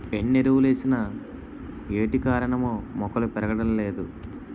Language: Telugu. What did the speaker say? ఎన్నెరువులేసిన ఏటికారణమో మొక్కలు పెరగలేదు